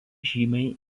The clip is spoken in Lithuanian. žymiai